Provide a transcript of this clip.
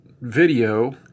video